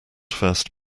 first